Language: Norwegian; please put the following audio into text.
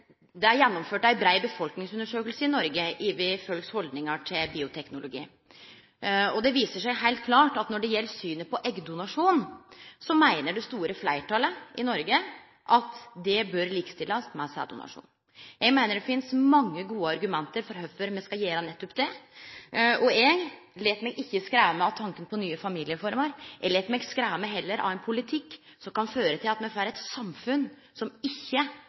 Det er gjennomført ei brei befolkningsundersøking i Noreg av folks haldningar til bioteknologi. Det viser seg heilt klart at når det gjeld synet på eggdonasjon, meiner det store fleirtalet i Noreg at det bør likestillast med sæddonasjon. Eg meiner det finst mange gode argument for kvifor me skal gjere nettopp det, og eg lèt meg ikkje skremme av tanken på nye familieformer. Eg lèt meg heller skremme av ein politikk som kan føre til at me får eit samfunn som ikkje